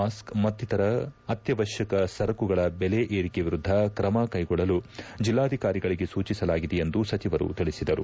mask ಮತ್ತಿತರ ಅತ್ತವಶ್ಯಕ ಸರಕುಗಳ ಬೆಲೆ ಏರಿಕೆ ವಿರುದ್ದ ಕ್ರಮ ಕೈಗೊಳ್ಳಲು ಜಿಲ್ಲಾಧಿಕಾರಿಗಳಿಗೆ ಸೂಚಿಸಲಾಗಿದೆ ಎಂದು ಸಚಿವರು ತಿಳಿಸಿದರು